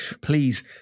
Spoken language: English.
please